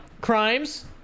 crimes